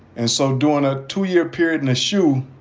and so during a two year period in the shu,